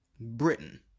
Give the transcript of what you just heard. Britain